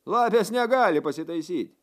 lapės negali pasitaisyt